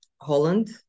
Holland